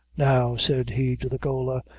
now, said he to the gaoler,